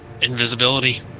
Invisibility